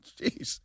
jeez